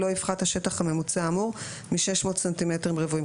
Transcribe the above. לא יפחת השטח הממוצע האמור מ-600 סנטימטרים רבועים".